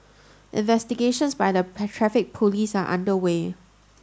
investigations by the Traffic Police are underway